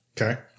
Okay